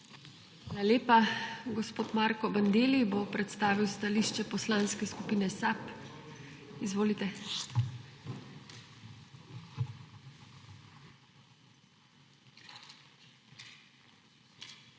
lepa. Gospod Marko Bandelli bo predstavil stališče Poslanske skupine SAB. Izvolite.